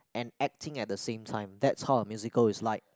and acting at the same time that's how a musical is like